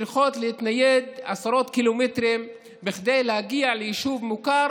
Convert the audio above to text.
צריכות להתנייד עשרות קילומטרים כדי להגיע ליישוב מוכר,